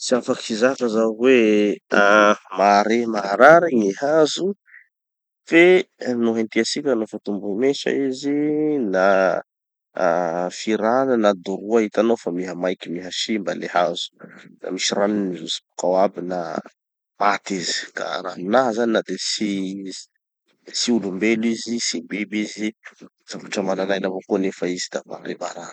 Tsy afaky hizaka zaho hoe ah mahare maharary gny hazo fe no hentiatsika nofa tombohy mesa izy na ah firana na doroa, hitanao fa mihamaiky miha simba le hazo, da misy ranony mijotso bokao aby na paky izy. Ka raha aminaha zany na de tsy tsy olom-belo izy tsy biby izy, zavatra manan'aina avao koa nefa izy da mahare maharary.